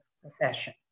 profession